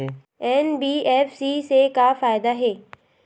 NBFC से का फ़ायदा हे?